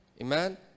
amen